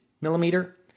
millimeter